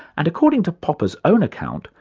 and according to popper's own account,